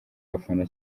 abafana